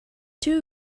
two